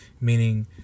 meaning